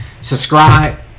Subscribe